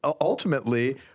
ultimately